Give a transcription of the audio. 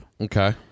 Okay